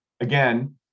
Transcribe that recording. Again